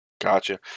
Gotcha